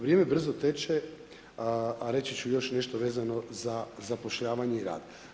Vrijeme brzo teče, a reći ću još nešto vezano za zapošljavanje i rad.